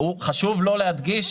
חשוב לו להדגיש,